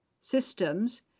systems